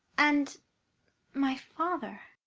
and my father.